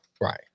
Right